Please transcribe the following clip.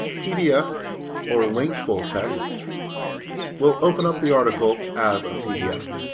pdf or linked full text will open the article as a pdf.